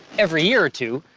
every year or two,